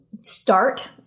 start